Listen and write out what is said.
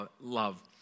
love